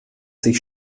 sich